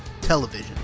television